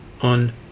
on